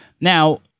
Now